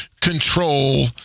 control